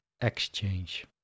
exchange